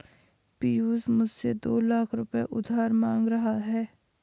पियूष मुझसे दो लाख रुपए उधार मांग रहा है